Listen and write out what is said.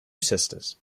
sisters